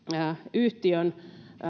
yhtiön